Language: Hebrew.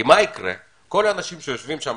כי כל האנשים שיושבים שם,